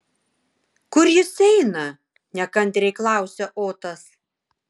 kur jis eina nekantriai klausia otas